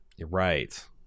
right